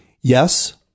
Yes